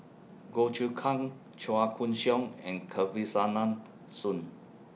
Goh Choon Kang Chua Koon Siong and Kesavan Soon